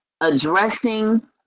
addressing